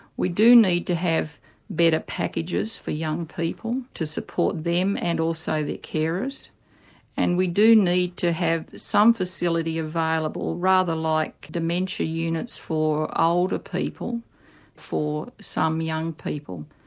we do need to have better packages for young people to support them and also their carers and we do need to have some facility available rather like dementia units for ah older people for some young people.